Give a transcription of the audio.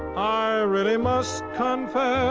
i really must confess